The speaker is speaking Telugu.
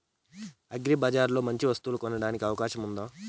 అగ్రిబజార్ లో మంచి వస్తువు కొనడానికి అవకాశం వుందా?